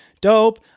Dope